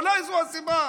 אולי זו הסיבה.